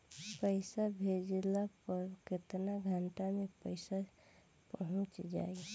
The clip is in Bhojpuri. पैसा भेजला पर केतना घंटा मे पैसा चहुंप जाई?